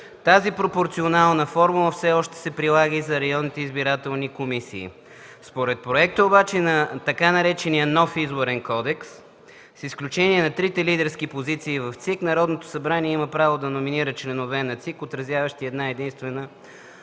Тази пропорционална формула все още се прилага и за районните избирателни комисии.” Според проекта обаче на така наречения „нов Изборен кодекс” с изключение на трите лидерски позиции в ЦИК, Народното събрание има право да номинира членове на ЦИК, отразяващи една-единствена